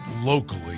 locally